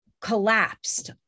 collapsed